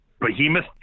Behemoth